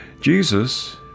Jesus